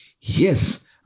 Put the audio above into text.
Yes